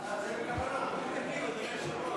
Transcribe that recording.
חד"ש רע"ם-תע"ל-מד"ע להביע אי-אמון בממשלה לא נתקבלה.